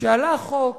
כשעלה החוק